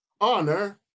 honor